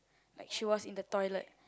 like she was in the toilet